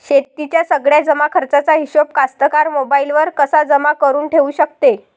शेतीच्या सगळ्या जमाखर्चाचा हिशोब कास्तकार मोबाईलवर कसा जमा करुन ठेऊ शकते?